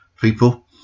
people